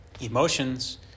emotions